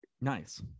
nice